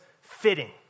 fitting